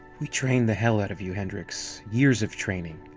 we trained the hell out of you hendricks. years of training.